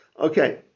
Okay